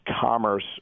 commerce